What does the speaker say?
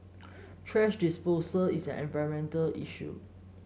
thrash disposal is an environmental issue